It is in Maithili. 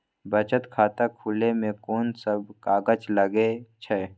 बचत खाता खुले मे कोन सब कागज लागे छै?